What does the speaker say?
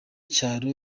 cyaro